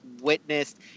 witnessed